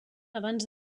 abans